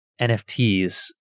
NFTs